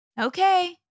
okay